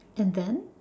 and then